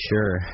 Sure